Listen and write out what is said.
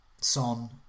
Son